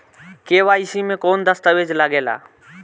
KYC मे कौन दश्तावेज लागेला?